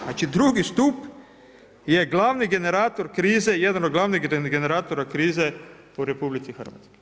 Znači drugi stup je glavni generator krize, jedan od glavnih generatora krize u RH.